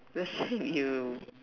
let's say you